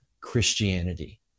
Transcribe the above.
christianity